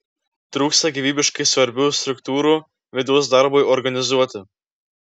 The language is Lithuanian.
trūksta gyvybiškai svarbių struktūrų vidaus darbui organizuoti